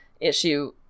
issue